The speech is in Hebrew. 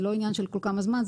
זה לא עניין של כל כמה זמן,